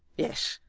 yes.